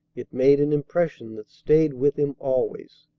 it made an impression that stayed with him always.